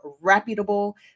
reputable